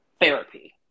therapy